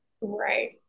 right